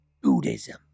Buddhism